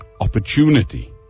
opportunity